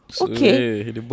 Okay